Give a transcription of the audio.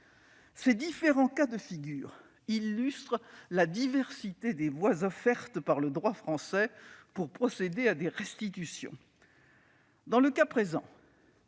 Ces différents cas de figure illustrent la diversité des voies offertes par le droit français pour procéder à des restitutions. Dans le cas présent,